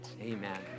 Amen